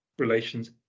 relations